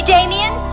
Damien